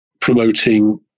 promoting